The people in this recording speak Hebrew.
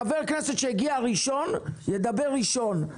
חבר כנסת שהגיע ראשון ידבר ראשון,